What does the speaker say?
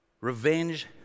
Revenge